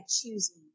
choosing